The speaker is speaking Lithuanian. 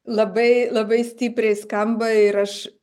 labai labai stipriai skamba ir aš